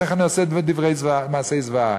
איך אני עושה מעשי זוועה.